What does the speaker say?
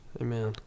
Amen